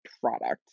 product